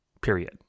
Period